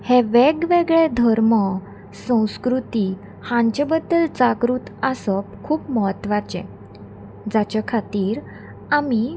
हें वेगवेगळे धर्म संस्कृती हांचे बद्दल जागृत आसप खूब म्हत्वाचें जाचे खातीर आमी